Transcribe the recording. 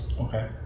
Okay